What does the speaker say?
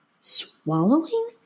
swallowing